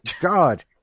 God